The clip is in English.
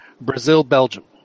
Brazil-Belgium